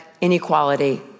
inequality